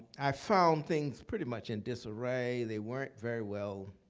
i found things pretty much in disarray. they weren't very well